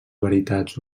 veritats